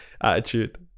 attitude